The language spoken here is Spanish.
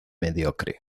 mediocre